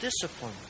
discipline